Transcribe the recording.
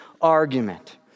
argument